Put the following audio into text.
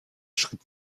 schritt